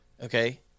Okay